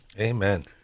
Amen